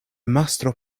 mastro